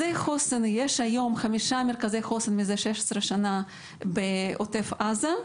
מזה 16 שנים יש חמישה מרכזי חוסן בעוטף עזה.